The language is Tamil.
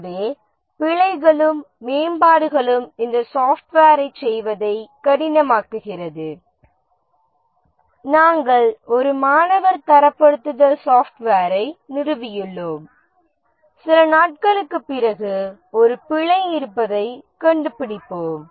எனவே பிழைகளும் மேம்பாடுகளும் இந்த சாஃப்ட்வேரை செய்வதை கடினமாக்குகிறது நாம் ஒரு மாணவர் தரப்படுத்தல் சாப்ட்வேரை நிறுவியுள்ளோம் சில நாட்களுக்குப் பிறகு ஒரு பிழை இருப்பதைக் கண்டுபிடிப்போம்